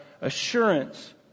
assurance